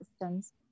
systems